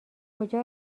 کجا